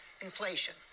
inflation